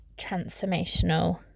transformational